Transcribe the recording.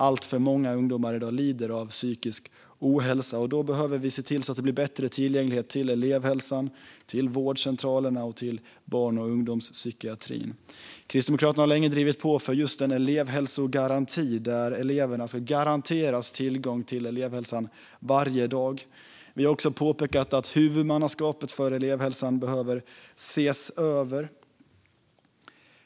Alltför många unga lider i dag av psykisk ohälsa, och vi behöver därför se till att det blir bättre tillgänglighet till elevhälsan, vårdcentralerna och barn och ungdomspsykiatrin. Kristdemokraterna har länge drivit på för just en elevhälsogaranti, där eleverna ska garanteras tillgång till elevhälsan varje dag. Vi har också påpekat att huvudmannaskapet för elevhälsan behöver ses över.